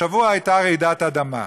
השבוע הייתה רעידת אדמה.